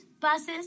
buses